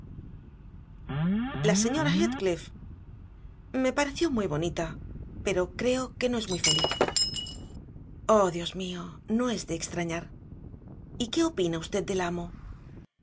la señora heathcliff me pareció muy bonita pero creo que no es muy feliz oh dios mío no es de extrañar y qué opina usted del amo